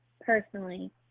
personally